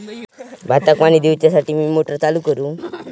भाताक पाणी दिवच्यासाठी मी मोटर चालू करू?